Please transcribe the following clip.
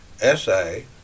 Essay